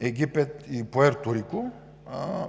Египет и Пуерто Рико